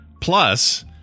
Plus